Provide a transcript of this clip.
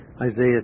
Isaiah